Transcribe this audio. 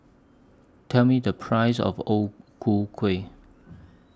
Tell Me The Price of O Ku Kueh